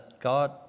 God